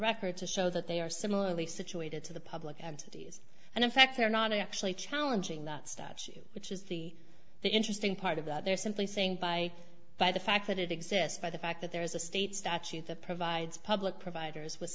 record to show that they are similarly situated to the public entities and in fact they're not actually challenging that statute which is the the interesting part of that they're simply saying by by the fact that it exists by the fact that there is a state statute that provides public providers with